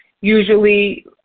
Usually